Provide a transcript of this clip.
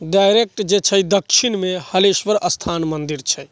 direct जे छै दक्षिण मे हलेश्वर स्थान मन्दिर छै